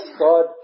God